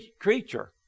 creature